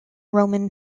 roman